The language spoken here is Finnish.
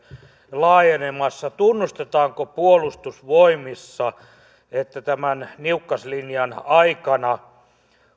laajenemassa tunnustetaanko puolustusvoimissa että tämän niukkaslinjan aikana